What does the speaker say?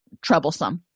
troublesome